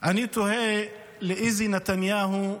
אני תוהה לאיזה נתניהו להאמין: